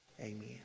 Amen